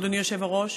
אדוני היושב-ראש.